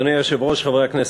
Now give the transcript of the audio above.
אדוני היושב-ראש, חברי הכנסת,